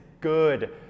good